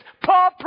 Paul